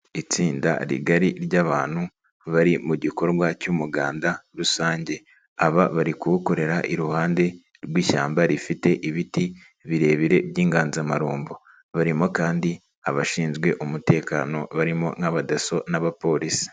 Itsinda rigari ry'abantu bari mu gikorwa cy'umuganda rusange, aba bari kuwukorera iruhande rw'ishyamba rifite ibiti birebire by'inganzamarumbo barimo kandi abashinzwe umutekano barimo nk'abadaso n'abapolisi.